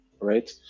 right